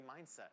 mindset